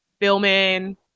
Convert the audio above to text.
filming